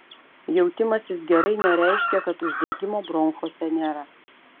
jautimasis gerai nereiškia kad uždegimo bronchuose nėra